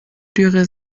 dürre